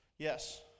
Yes